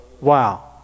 Wow